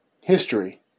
history